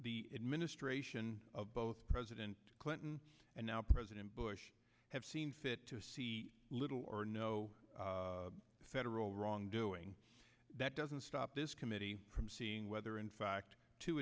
the administration of both president clinton and now president bush have seen fit to the little or no federal wrongdoing that doesn't stop this committee from seeing whether in fact two